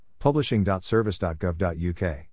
publishing.service.gov.uk